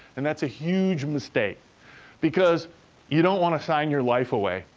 and that's a huge mistake because you don't wanna sign your life away.